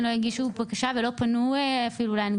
לא הגישו בקשה ואפילו לא פנוי להנגשה,